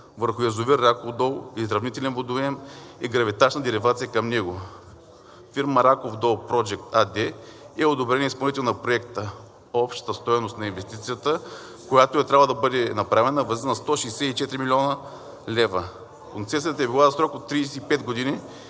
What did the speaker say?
върху язовир „Раков дол“, изравнителен водоем и гравитачна деривация към него. Фирма „Раков дол проджект“ АД е одобреният изпълнител на обекта. Общата стойност на инвестицията, която е трябвало да бъде направена, възлиза на 164 млн. лв. Концесията е била за срок от 35 години